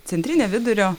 centrinė vidurio